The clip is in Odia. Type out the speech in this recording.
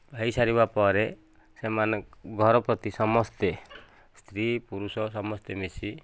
ହୋଇସାରିବା ପରେ ସେମାନେ ଘର ପ୍ରତି ସମସ୍ତେ ସ୍ତ୍ରୀ ପୁରୁଷ ସମସ୍ତେ ମିଶି